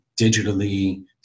digitally